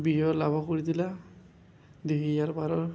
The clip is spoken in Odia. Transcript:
ବିଜୟ ଲାଭ କରିଥିଲା ଦୁଇ ହଜାର ବାର